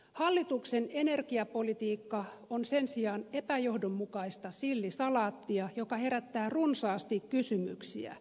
hallituksen energiapolitiikka on sen sijaan epäjohdonmukaista sillisalaattia joka herättää runsaasti kysymyksiä